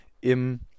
im